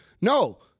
No